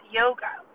yoga